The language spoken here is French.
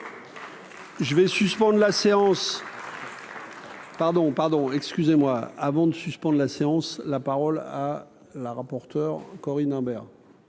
Je vais suspendre la séance. Pardon, pardon, excusez-moi, avant de suspendre la séance la parole à la rapporteure Corinne Imbert.